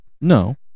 No